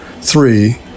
three